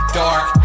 dark